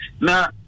Now